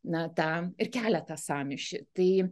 natą ir keletą sąmyšį tai